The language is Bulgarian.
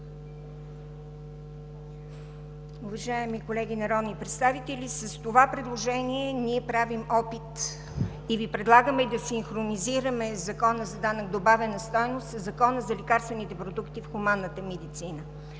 Уважаеми колеги народни представители! С това предложение ние правим опит и Ви предлагаме да синхронизираме Закона за данък добавена стойност със Закона за лекарствените продукти в хуманната медицина,